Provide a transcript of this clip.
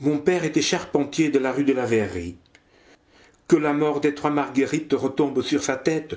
mon père était un charpentier de la rue de la verrerie que la mort des trois marguerite retombe sur sa tête